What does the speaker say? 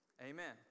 amen